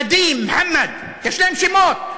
נדים, מוחמד, יש להם שמות.